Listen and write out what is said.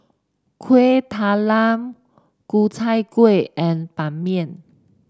Kuih Talam Ku Chai Kueh and Ban Mian